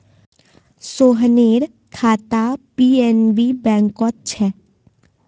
सोहनेर खाता पी.एन.बी बैंकत छेक